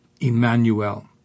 Emmanuel